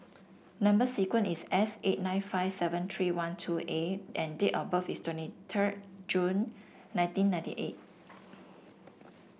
number sequence is S eight nine five seven three one two A and date of birth is twenty third June nineteen ninety eight